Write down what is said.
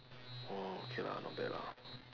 orh okay lah not bad lah